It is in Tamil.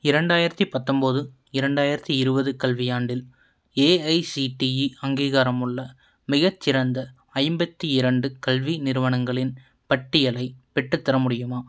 இரண்டாயிரத்து பத்தொம்பது இரண்டாயிரத்து இருபது கல்வியாண்டில் ஏஐசிடிஇ அங்கீகாரம் உள்ள மிகச்சிறந்த ஐம்பத்து இரண்டு கல்வி நிறுவனங்களின் பட்டியலை பெற்றுத்தர முடியுமா